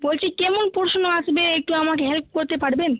বলছি কেমন প্রশ্ন আসবে একটু আমাকে হেল্প করতে পারবেন